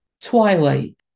Twilight